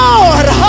Lord